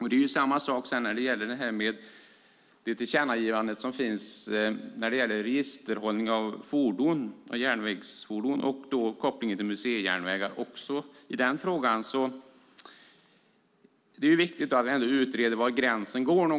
Detsamma gäller det tillkännagivande som finns i fråga om registerhållning av järnvägsfordon och kopplingen till museijärnvägar. Det är viktigt att vi ändå utreder var gränsen går.